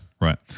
right